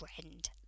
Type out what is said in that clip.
friend